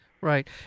Right